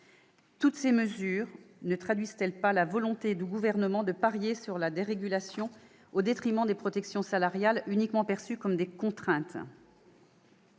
Toutes ces mesures ne traduisent-elles pas la volonté du Gouvernement de parier sur la dérégulation au détriment des protections salariales, uniquement perçues comme des contraintes ?